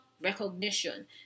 recognition